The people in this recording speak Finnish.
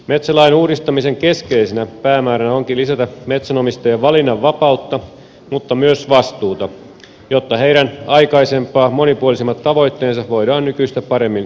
metsälain uudistamisen keskeisenä päämääränä onkin lisätä metsänomistajien valinnanvapautta mutta myös vastuuta jotta heidän aikaisempaa monipuolisemmat tavoitteensa voidaan nykyistä paremmin sovittaa yhteen